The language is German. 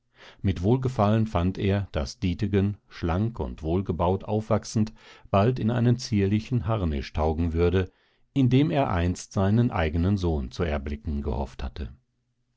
mit wohlgefallen fand er daß dietegen schlank und wohlgebaut aufwachsend bald in einen zierlichen harnisch taugen würde in dem er einst seinen eigenen sohn zu erblicken gehofft hatte